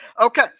Okay